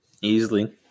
easily